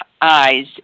eyes